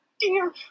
Dear